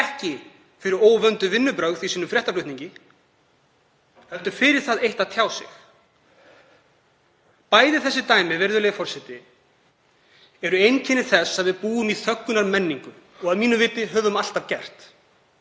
ekki fyrir óvönduð vinnubrögð í sínum fréttaflutningi heldur fyrir það eitt að tjá sig. Bæði þessi dæmi, virðulegi forseti, eru einkenni þess að við búum í þöggunarmenningu og höfum að mínu viti alltaf gert.